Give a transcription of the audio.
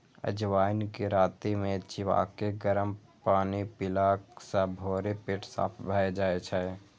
अजवाइन कें राति मे चिबाके गरम पानि पीला सं भोरे पेट साफ भए जाइ छै